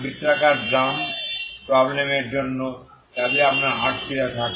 বৃত্তাকার drum problem এর জন্য যাতে আপনার rθ থাকে